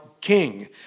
king